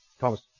Thomas